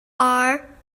are